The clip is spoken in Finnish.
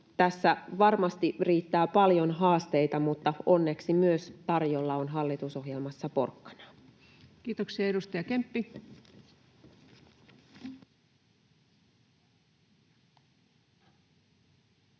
tässä varmasti riittää paljon haasteita, mutta onneksi tarjolla hallitusohjelmassa on myös porkkanaa. Kiitoksia. — Edustaja Kemppi. Arvoisa